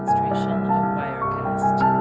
trees wirecast